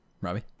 Robbie